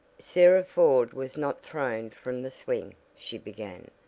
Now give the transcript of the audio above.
sarah ford was not thrown from the swing, she began.